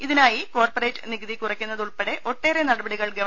ഇതിനായി കോർപ്പറേറ്റ് നികുതി കുറയ്ക്കുന്ന തുൾപ്പെടെ ഒട്ടേറെ നടപടികൾ ഗവ